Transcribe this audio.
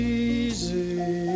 easy